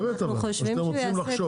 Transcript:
באמת או שאתם רוצים לחשוב?